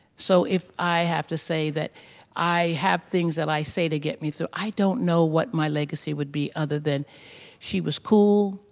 so if i have to say that i have things that i say to get me through, i don't know what my legacy would be other than she was cool,